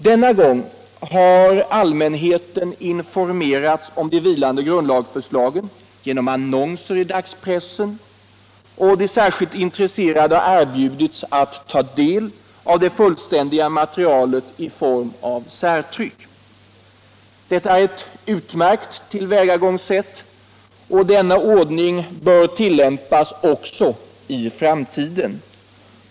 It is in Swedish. Denna gång har allmänheten informerats om de vilande grundlagsförslagen genom annonser i dagspressen, och de särskilt intresserade har erbjudits att ta del av det fullständiga materialet i form av särtryck. Detta är ett utmärkt tillvägagångssätt, och denna ordning bör tillämpas också i framtiden.